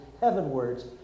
heavenwards